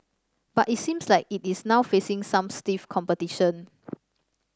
but it seems like it is now facing some stiff competition